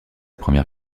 première